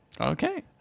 Okay